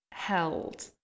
held